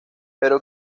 pero